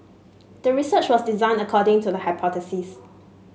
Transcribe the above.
the research was designed according to the hypothesis